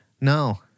No